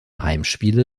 heimspiele